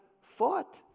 fought